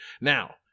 Now